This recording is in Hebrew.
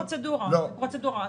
זאת פרוצדורה, פרוצדורה.